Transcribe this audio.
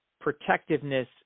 protectiveness